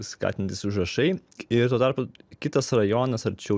skatinantys užrašai ir tuo tarpu kitas rajonas arčiau